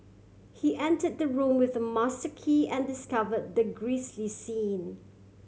he enter the room with a master key and discover the grisly scene